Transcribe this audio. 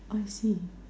I see